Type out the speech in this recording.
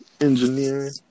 engineering